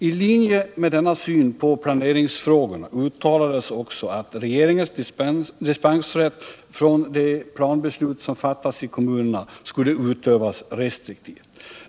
I linje med denna syn på planeringsfrågorna uttalades också att regeringens dispensrätt från de planbeslut som fattats i kommunerna skulle utövas restriktivt.